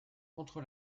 contre